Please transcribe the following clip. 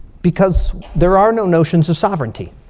because there are no notions of sovereignty.